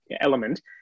element